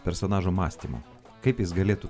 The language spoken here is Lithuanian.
personažo mąstymu kaip jis galėtų